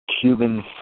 Cuban